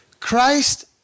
Christ